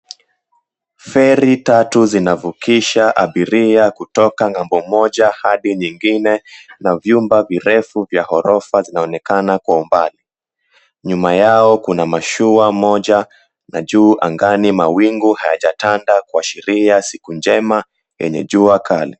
Feri tatu zinavukisha abiria kutoka ng'ambo moja hadi nyingine, na vyumba virefu vya ghorofa zinaonekana kwa umbali. Nyuma yao kuna mashua moja na juu angani mawingu hayajatanda kuashiria siku njema yenye jua kali.